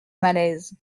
malaise